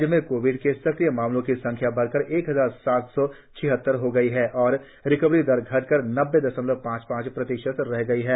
राज्य में कोविड के सक्रिय मामलों की संख्या बढ़कर एक हजार सात सौ छिहत्तर हो गई है और रिकवरी दर घटकर नब्बे दशमलव पांच पांच प्रतिशत रह गई है